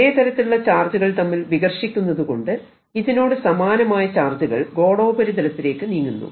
ഒരേ തരത്തിലുള്ള ചാർജുകൾ തമ്മിൽ വികർഷിക്കുന്നതു കൊണ്ട് ഇതിനോട് സമാനമായ ചാർജുകൾ ഗോളോപരിതലത്തിലേക്ക് നീങ്ങുന്നു